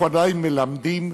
אנחנו עדיין מלמדים,